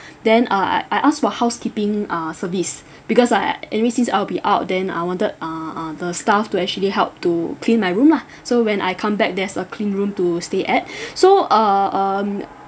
then uh I I asked for housekeeping uh service because uh anyway since I'll be out then I wanted uh uh the staff to actually help to clean my room lah so when I come back there's a clean room to stay at so uh um